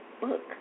book